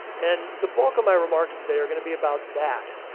and the bulk of my remarks today are going to be about that.